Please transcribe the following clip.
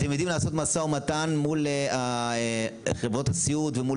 אתם יודעים לעשות משא ומתן מול חברות הסיעוד ומול